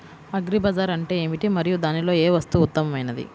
Agri bazaar అంటే ఏమిటి మరియు దానిలో ఏ వస్తువు ఉత్తమమైనది?